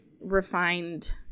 refined